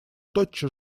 тотчас